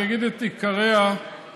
אני אגיד את עיקריה בקיצור,